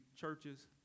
churches